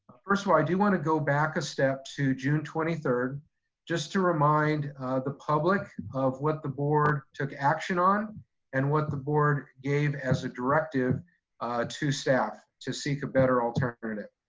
first of all, i do wanna go back a step to june twenty third just to remind the public of what the board took action on and what the board gave as a directive to staff to seek better alternative.